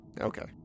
Okay